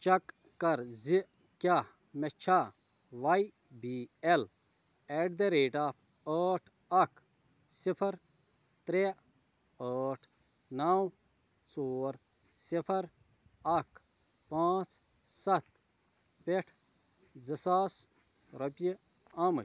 check کَر زِ کیٛاہ مےٚ چھا Y B L at the rate of ٲٹھ اَکھ صِفَر ترٛےٚ ٲٹھ نَو ژور صِفَر اَکھ پانٛژھ سَتھ پٮ۪ٹھ زٕ ساس رۄپیہِ آمِتۍ